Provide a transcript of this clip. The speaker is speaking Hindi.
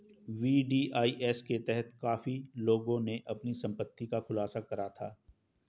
वी.डी.आई.एस के तहत काफी लोगों ने अपनी संपत्ति का खुलासा करा था